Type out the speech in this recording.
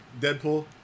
Deadpool